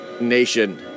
nation